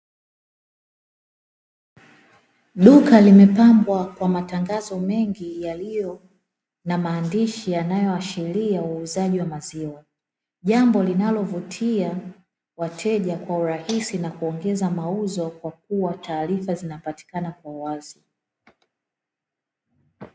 Duka limepambwa kwa matangazo mengi yaliyo na maandishi yanayoashiria uuzaji wa maziwa, jambo linalovutia wateja kwa urahisi na kuongeza mauzo kwa kuwa taarifa zinapatikana kwa uwazi.